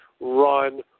run